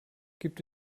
gibt